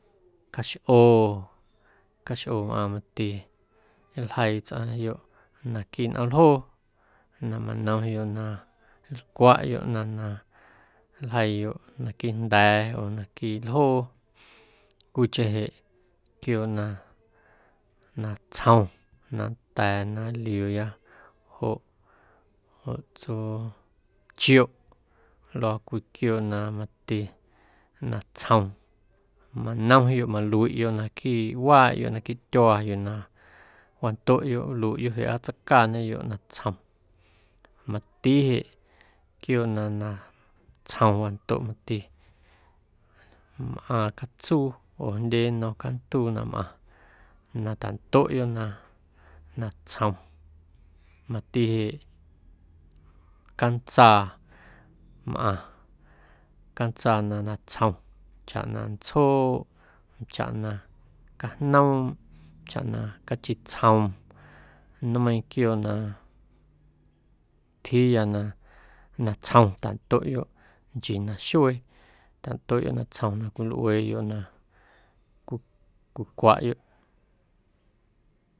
Caxꞌoo, caxꞌoomꞌaaⁿ mati nljeii tsꞌaⁿyoꞌ naquiiꞌ nꞌoomljoo na manomyoꞌ na nlcwaꞌyoꞌ na nljeiiyoꞌ naquiiꞌ jnda̱a̱, naquiiꞌ ljoo. Cwiicheⁿ jeꞌ quiooꞌ na natsjom nda̱a̱ na nlꞌiuuya joꞌ joꞌ tsuu chioꞌ luaa cwii quiooꞌ na mati natsjom manomyoꞌ maluiꞌyoꞌ naquiiꞌ waaꞌyoꞌ naquiiꞌ tyuaa yuu na wandoꞌyoꞌ nluiiꞌyoꞌ jeꞌ jaatseicaañeyoꞌ natsjom mati jeꞌ quiooꞌ na natsjom wandoꞌ mati mꞌaaⁿ catsuu jndye nnom canduu na mꞌaⁿ na tandoꞌyoꞌ na natsjom mati jeꞌ cantsaa mꞌaⁿ cantsaa na natsjom chaꞌ na ntsjooꞌ, chaꞌ na cajnoomꞌ, chaꞌ na cachi tsjom nmeiiⁿ quiooꞌ na ntyjiiya na natsjom tandoꞌyoꞌ nchii naxuee tandoꞌyoꞌ natsjom cwilꞌueeyoꞌ na cwi cwicwaꞌyoꞌ.